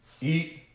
eat